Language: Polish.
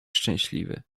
szczęśliwy